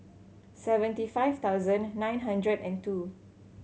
seventy five thousand nine hundred and two